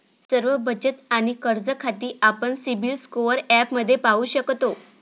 सर्व बचत आणि कर्ज खाती आपण सिबिल स्कोअर ॲपमध्ये पाहू शकतो